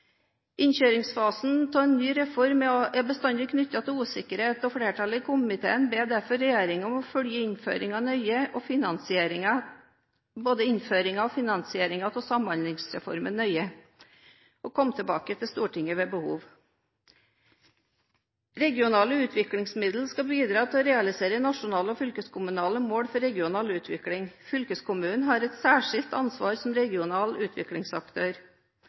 Innkjøringsfasen av en ny reform er bestandig knyttet til usikkerhet, så flertallet i komiteen ber derfor regjeringen om å «følge innføringen og finansieringen av samhandlingsreformen nøye og komme tilbake til Stortinget ved behov». Regionale utviklingsmidler skal bidra til å realisere nasjonale og fylkeskommunale mål for regional utvikling. Fylkeskommunen har et særskilt ansvar som regional utviklingsaktør.